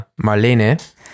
Marlene